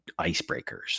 icebreakers